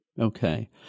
Okay